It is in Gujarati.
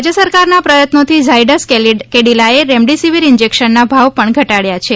રાજય સરકારના પ્રયત્નોથી ઝાયડસ કેડિલાએ રેમડિસીવર ઈન્જેકશનના ભાવ પણ ઘટાડ્યા છે